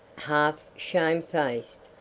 half shamefaced,